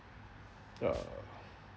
uh